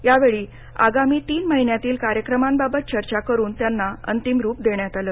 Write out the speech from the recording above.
यावेळी आगामी तीन महिन्यातील कार्यक्रमाबाबत चर्चा करून त्यांना अंतिम रूप देण्यात आलं